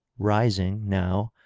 rising, now,